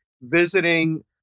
visiting